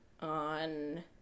on